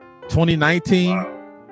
2019